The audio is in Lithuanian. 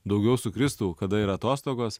daugiau sukristų kada ir atostogos